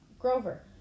Grover